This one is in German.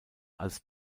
als